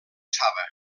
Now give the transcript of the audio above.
saba